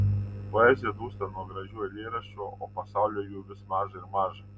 poezija dūsta nuo gražių eilėraščių o pasauliui jų vis maža ir maža